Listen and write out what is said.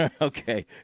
Okay